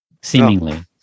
seemingly